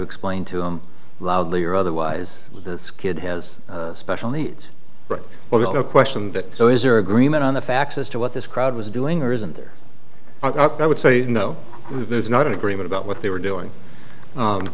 explain to them loudly or otherwise this kid has special needs right well there's no question that so is there agreement on the facts as to what this crowd was doing or isn't there i would say no there's not agreement about what they were doing